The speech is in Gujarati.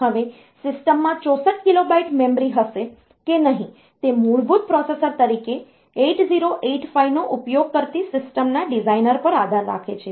હવે સિસ્ટમમાં 64 કિલોબાઈટ મેમરી હશે કે નહીં તે મૂળભૂત પ્રોસેસર તરીકે 8085 નો ઉપયોગ કરતી સિસ્ટમના ડિઝાઇનર પર આધાર રાખે છે